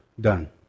Done